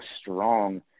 strong